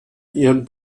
ihren